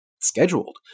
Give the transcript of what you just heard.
scheduled